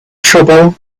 trouble